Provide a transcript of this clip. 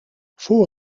voor